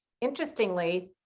Interestingly